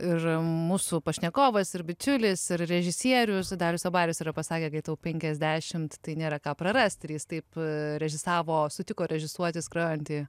ir mūsų pašnekovas ir bičiulis ir režisierius darius abaris yra pasakė kai tau penkiasdešimt tai nėra ką prarasti ir jis taip režisavo sutiko režisuoti skrajojantį